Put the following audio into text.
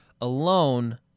alone